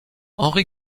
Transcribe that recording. henri